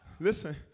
Listen